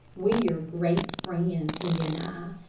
we are great friends, he and i,